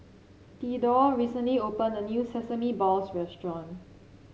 Thedore recently opened a new Sesame Balls restaurant